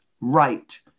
right